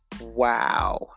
Wow